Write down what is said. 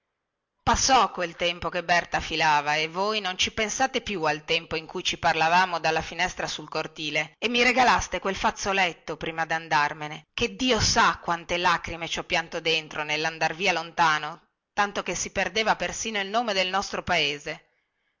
passò quel tempo che berta filava e voi non ci pensate più al tempo in cui ci parlavamo dalla finestra sul cortile e mi regalaste quel fazzoletto prima dandarmene che dio sa quante lacrime ci ho pianto dentro nellandar via lontano tanto che si perdeva persino il nome del nostro paese